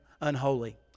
unholy